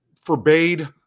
forbade